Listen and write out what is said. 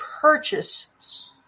purchase